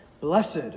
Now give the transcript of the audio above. Blessed